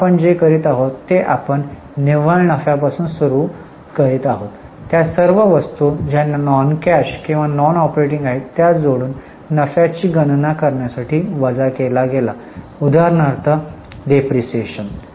आता आपण जे करीत आहोत ते आपण निव्वळ नफ्यापासून सुरू करीत आहोत त्या सर्व वस्तू जो नॉन कॅश किंवा नॉन ऑपरेटिंग आहे त्या जोडून नफ्याची गणना करण्यासाठी वजा केला गेला उदाहरणार्थ डेप्रिसिएशन